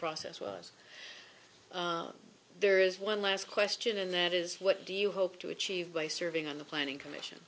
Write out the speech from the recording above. process was there is one last question and that is what do you hope to achieve by serving on the planning commission